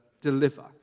deliver